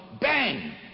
bang